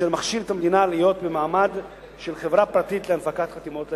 אשר מכשיר את המדינה להיות במעמד של חברה פרטית להנפקת חתימות לאזרח.